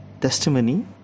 testimony